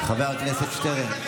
חבר הכנסת שטרן,